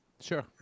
Sure